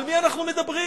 על מי אנחנו מדברים,